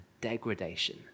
degradation